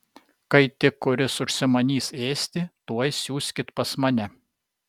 kai tik kuris užsimanys ėsti tuoj siųskit pas mane